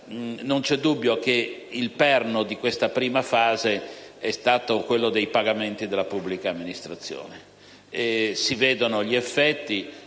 non c'è dubbio che il perno di questa prima fase è stato quello dei pagamenti della pubblica amministrazione. Se ne vedono gli effetti.